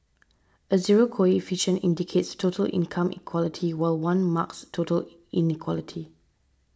a zero coefficient indicates total income equality while one marks total inequality